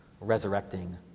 resurrecting